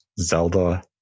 Zelda